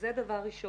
שלום לכולם.